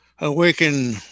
awaken